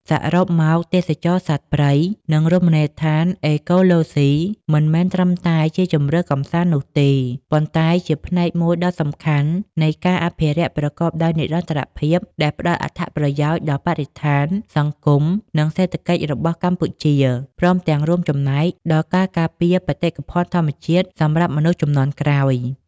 សរុបមក ទេសចរណ៍សត្វព្រៃ និងរមណីយដ្ឋានអេកូឡូស៊ី មិនមែនត្រឹមតែជាជម្រើសកម្សាន្តនោះទេ ប៉ុន្តែជាផ្នែកមួយដ៏សំខាន់នៃការអភិវឌ្ឍប្រកបដោយនិរន្តរភាព ដែលផ្តល់អត្ថប្រយោជន៍ដល់បរិស្ថាន សង្គម និងសេដ្ឋកិច្ចរបស់កម្ពុជា ព្រមទាំងរួមចំណែកដល់ការការពារបេតិកភណ្ឌធម្មជាតិសម្រាប់មនុស្សជំនាន់ក្រោយ។